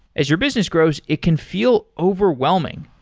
as your business grows, it can feel overwhelming.